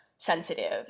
sensitive